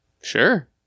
Sure